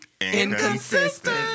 inconsistent